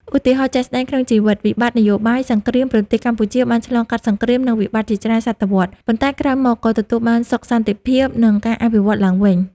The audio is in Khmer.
ឧទាហរណ៍ជាក់ស្ដែងក្នុងជីវិត វិបត្តិនយោបាយ សង្គ្រាម ប្រទេសកម្ពុជាបានឆ្លងកាត់សង្គ្រាម និងវិបត្តិជាច្រើនសតវត្សរ៍ ប៉ុន្តែក្រោយមក ក៏ទទួលបានសុខសន្តិភាព និងការអភិវឌ្ឍឡើងវិញ។